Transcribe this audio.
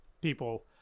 people